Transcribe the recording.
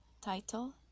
Title